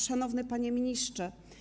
Szanowny Panie Ministrze!